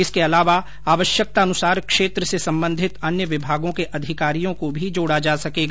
इसके अलावा आवश्यकतानुसार क्षेत्र से सम्बंधित अन्य विभागों के अधिकारियों को भी जोड़ा जा सकेगा